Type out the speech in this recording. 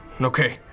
Okay